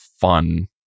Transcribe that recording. fun